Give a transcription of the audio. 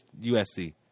USC